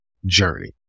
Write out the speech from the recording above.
journey